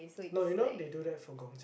no you know they do that for gong-c~